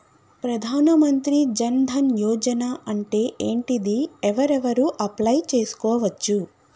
ప్రధాన మంత్రి జన్ ధన్ యోజన అంటే ఏంటిది? ఎవరెవరు అప్లయ్ చేస్కోవచ్చు?